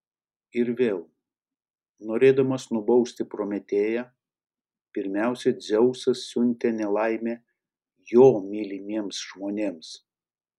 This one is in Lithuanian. ir vėl norėdamas nubausti prometėją pirmiausia dzeusas siuntė nelaimę jo mylimiems žmonėms